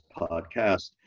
Podcast